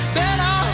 better